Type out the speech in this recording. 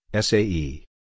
SAE